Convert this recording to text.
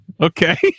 okay